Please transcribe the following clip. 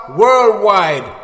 worldwide